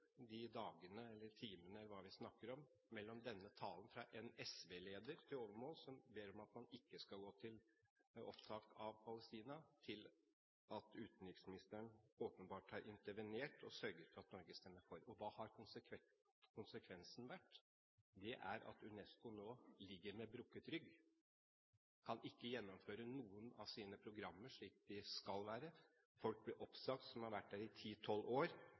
de dagene, timene eller hva vi snakker om mellom denne talen – fra en SV-leder til overmål, som ber om at man ikke skal gå til opptak av Palestina – og til at utenriksministeren åpenbart har intervenert og sørget for at Norge stemmer for. Og hva har konsekvensen vært? UNESCO ligger nå med brukket rygg, kan ikke gjennomføre noen av sine programmer slik de skal være, og folk, som har vært der i ti–tolv år,